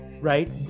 right